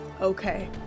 Okay